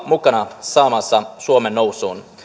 mukana saamassa suomen nousuun